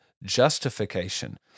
justification